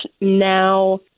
now